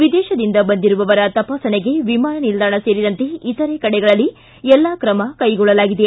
ವಿದೇಶದಿಂದ ಬಂದಿರುವವರ ತಪಾಸಣೆಗೆ ವಿಮಾನ ನಿಲ್ದಾಣ ಸೇರಿದಂತೆ ಇತರೆ ಕಡೆಗಳಲ್ಲಿ ಎಲ್ಲಾ ಕ್ರಮ ಕೈಗೊಳ್ಳಲಾಗಿದೆ